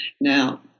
Now